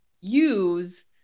use